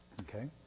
Okay